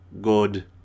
good